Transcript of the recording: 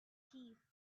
thief